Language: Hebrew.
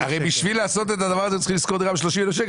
בשביל לעשות את הדבר הזה הם צריכים לשכור דירה ב-30,000 ₪,